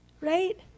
right